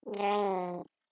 dreams